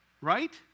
Right